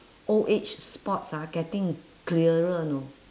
old age spots ah getting clearer you know